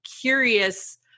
curious